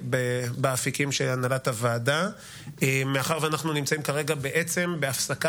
במילים אחרות, מטה המשפחות גילה בהפתעה